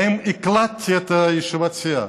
האם הקלטתי את ישיבת הסיעה?